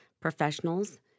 professionals